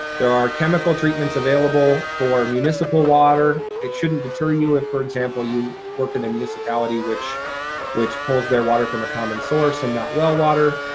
there are chemical treatments available for municipal water. it shouldn't deter you if, for example, you work in a municipality which which pulls their water from a common source and not well water.